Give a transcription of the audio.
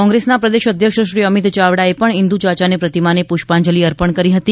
કોંગ્રેસના પ્રદેશ અધ્યક્ષ શ્રી અમીત ચાવડાએ પણ ઇન્દુચાચાની પ્રતિમાને પુષ્પાંજલી અર્પણ કરી હતી